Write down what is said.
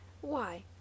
Why